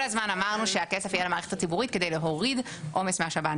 כל הזמן אמרנו שהכסף יהיה למערכת הציבורית כדי להוריד עומס מהשב"ן.